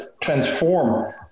transform